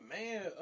Man